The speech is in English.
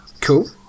Cool